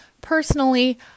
personally